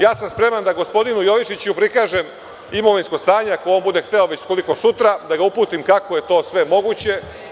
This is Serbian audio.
Ja sam spreman da gospodinu Jovičiću prikažem imovinsko stanje, ako on bude hteo, već koliko sutra, da ga uputim kako je to sve moguće.